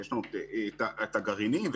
הגרעינים,